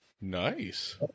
Nice